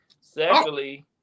Secondly